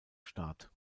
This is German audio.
start